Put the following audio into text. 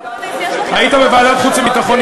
היום הייתי בוועדת חוץ וביטחון,